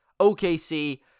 OKC